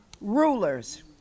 rulers